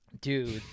Dude